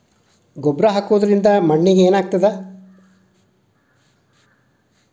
ಗೊಬ್ಬರ ಹಾಕುವುದರಿಂದ ಮಣ್ಣಿಗೆ ಏನಾಗ್ತದ?